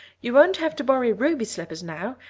you won't have to borrow ruby's slippers now,